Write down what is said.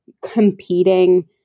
competing